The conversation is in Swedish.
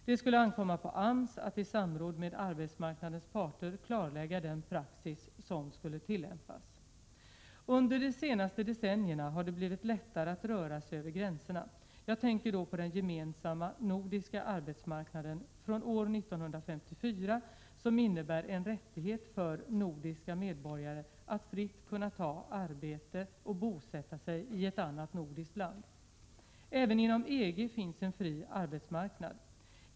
Det skulle ankomma på AMS att i samråd med arbetsmarknadens parter klarlägga den praxis som skulle tillämpas. Under de senaste decennierna har det blivit lättare att röra sig över gränserna. Jag tänker då på den gemensamma nordiska arbetsmarknaden från år 1954 som innebär en rättighet för nordiska medborgare att fritt kunna ta arbete och bosätta sig i annat nordiskt land. Även inom EG finns en fri arbetsmarknad.